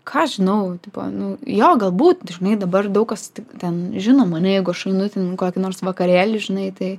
ką aš žinau tipo nu jo galbūt žinai dabar daug kas tai ten žino mane jeigu einu ten į kokį nors vakarėlį žinai tai